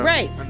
Right